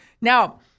Now